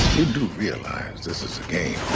do realize this is a game?